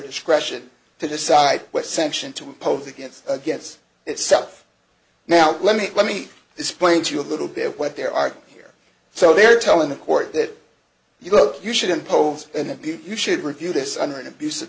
discretion to decide what sanction to impose against against itself now let me let me explain to you a little bit what there are here so they're telling the court that you know you should impose and you should review this under an abus